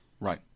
Right